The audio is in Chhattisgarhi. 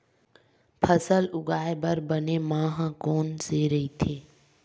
फसल उगाये बर बने माह कोन से राइथे?